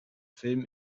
film